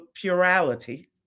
plurality